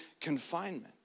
confinement